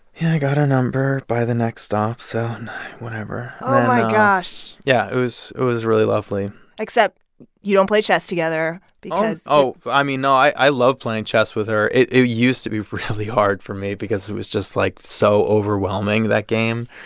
yeah, i got her number by the next stop so nothing whatever oh, my gosh yeah, it was it was really lovely except you don't play chess together because. oh i mean, no, i love playing chess with her. it it used to be really hard for me because it was just, like, so overwhelming, that game.